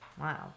Wow